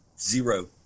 zero